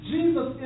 Jesus